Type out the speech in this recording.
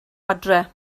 adre